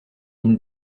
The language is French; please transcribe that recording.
une